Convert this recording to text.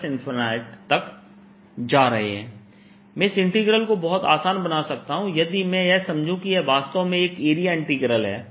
A00z04πyKδzx2y2z z2dxdydz0K4πy∬ ∞dxdyx2y2z2 मैं इस इंटीग्रल को बहुत आसान बना सकता हूँ यदि मैं यह समझूँ कि यह वास्तव में एक एरिया इंटीग्रल है